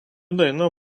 daina